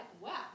wow